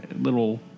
little